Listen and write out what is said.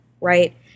right